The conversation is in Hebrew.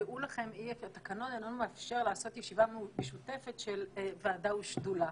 דעו לכם כי התקנון אינו מאפשר לעשות ישיבה משותפת של ועדה ושדולה